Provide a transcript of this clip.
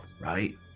right